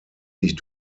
sich